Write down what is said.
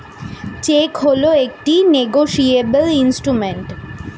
check হল একটি negotiable instrument